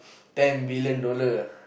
ten billion dollar